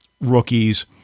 rookies